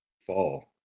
fall